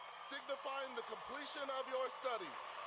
signifying the completion of your studies.